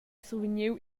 survegniu